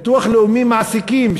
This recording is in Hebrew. ביטוח לאומי מעסיקים,